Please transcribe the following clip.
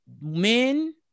Men